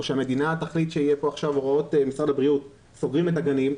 או שהמדינה תחליט שלפי הוראות משרד הבריאות סוגרים את הגנים,